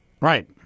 Right